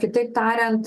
kitaip tariant